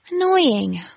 Annoying